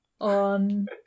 on